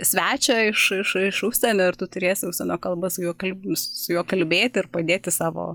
svečią iš iš iš užsienio ir tu turėsi užsienio kalba su juo kal su juo kalbėti ir padėti savo